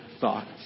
thoughts